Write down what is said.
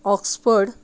oxford